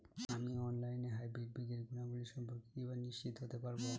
আমি অনলাইনে হাইব্রিড বীজের গুণাবলী সম্পর্কে কিভাবে নিশ্চিত হতে পারব?